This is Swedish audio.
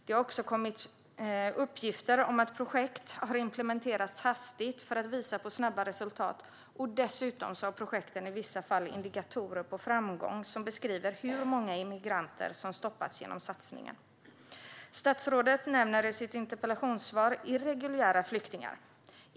Det har också kommit uppgifter om att projekt har implementerats hastigt för att visa på snabba resultat. Dessutom har projekten i vissa fall indikatorer på framgång som beskriver hur många migranter som har stoppats genom satsningen. Statsrådet nämner i sitt interpellationssvar irreguljära flyktingar.